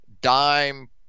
dime